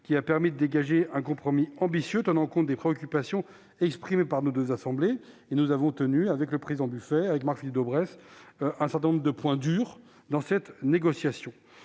qui a permis de dégager un compromis ambitieux tenant compte des préoccupations exprimées par nos deux assemblées. Avec le président Buffet et Marc-Philippe Daubresse, nous avons tenu un certain nombre de points durs dans cette négociation.